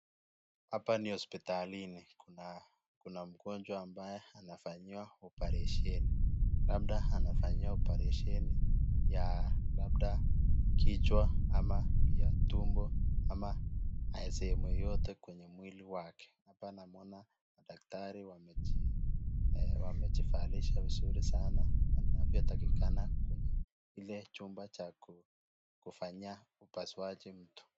Hapa ni hospitalini kuna mgonjwa ambaye anafanyiwa operation labda anafanyiwa operation ya labda kichwa ,tumbo ama sehemu yeyote kwenye mwili wake .Apa namwona daktari wamejivalisha vizuri sana inavyotakikana kwenye ile chumba cha kufanyia upasuaji mtu.